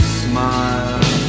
smile